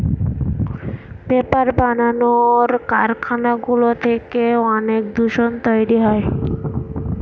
paper বানানোর কারখানাগুলো থেকে অনেক দূষণ তৈরী হয়